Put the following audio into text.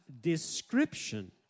description